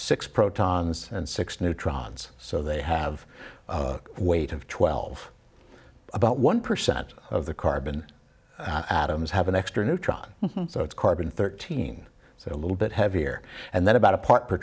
six protons and six neutrons so they have weight of twelve about one percent of the carbon atoms have an extra neutron so it's carbon thirteen so a little bit heavier and then about apart for